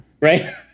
Right